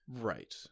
right